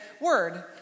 word